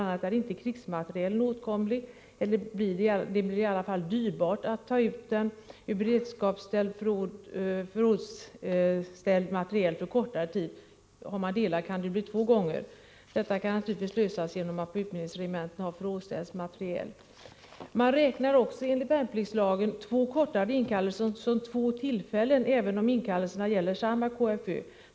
a. ärinte krigsmaterielen åtkomlig, eller det blir i alla fall dyrbart att ta ut i beredskapsförråd förrådsställd materiel för kortare tid — har man delade krigsförbandsövningar kan det ju bli två gånger. Detta kan naturligtvis lösas genom att man på utbildningsregementena har förrådsställd materiel. Man räknar enligt värnpliktslagen också två kortare inställelser som två tillfällen, även om inkallelserna gäller samma krigsförbandsövning.